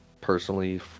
personally